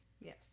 yes